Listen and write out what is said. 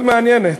מאוד מעניינת.